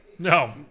No